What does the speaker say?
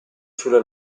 sulle